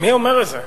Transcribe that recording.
מי אומר את זה?